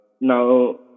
Now